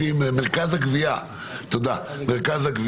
מרכז הגביה הארצי,